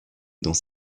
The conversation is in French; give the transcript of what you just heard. dans